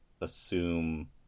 assume